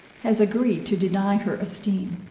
has agreed to deny her esteem.